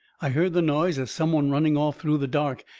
i heard the noise of some one running off through the dark,